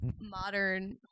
modern